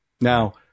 Now